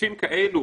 המחלפים האלה,